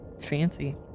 Fancy